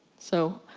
so,